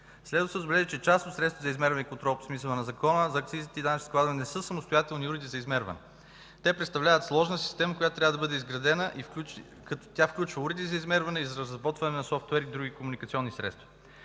Следва да се отбележи, че част от средствата за измерване и контрол по смисъла на Закона за акцизите и данъчните складове не са самостоятелни уреди за измерване. Те представляват сложна система, която трябва да бъде изградена. Тя включва уреди за измерване и разработване на софтуер и други комуникационни средства.